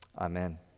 Amen